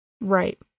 Right